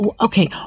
okay